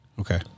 okay